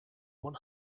one